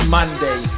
Monday